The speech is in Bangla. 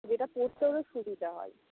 যেটা পরতে অনেক সুবিধা হয়